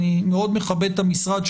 אני מאוד מכבד את המשרד,